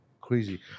Crazy